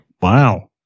Wow